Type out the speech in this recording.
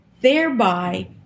thereby